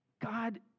God